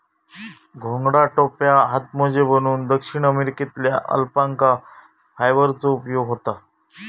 घोंगडा, टोप्यो, हातमोजे बनवूक दक्षिण अमेरिकेतल्या अल्पाका फायबरचो उपयोग होता